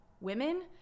women